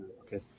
Okay